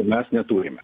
mes neturime